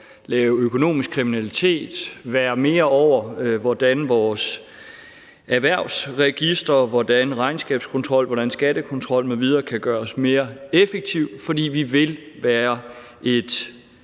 lave økonomisk kriminalitet og være mere over, hvordan vores erhvervsregister, hvordan regnskabskontrol, hvordan skattekontrol m.v. kan gøres mere effektiv, fordi vi vil være et